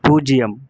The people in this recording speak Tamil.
பூஜ்ஜியம்